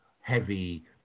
heavy